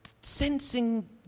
sensing